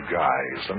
guys